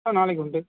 ஆ நாளைக்கு உண்டு